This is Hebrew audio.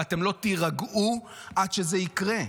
ואתם לא תירגעו עד שזה יקרה,